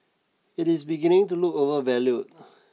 it is beginning to look overvalued